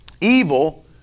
evil